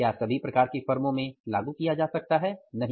क्या सभी प्रकार की फर्मों में लागू किया जा सकता है नहीं